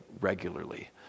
regularly